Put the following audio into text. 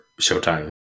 Showtime